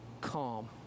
calm